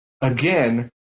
again